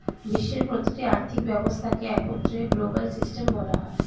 বিশ্বের প্রতিটি আর্থিক ব্যবস্থাকে একত্রে গ্লোবাল সিস্টেম বলা হয়